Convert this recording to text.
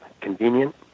Convenient